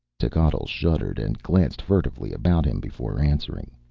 techotl shuddered and glanced furtively about him before answering.